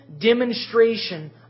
demonstration